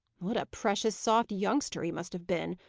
what a precious soft youngster he must have been!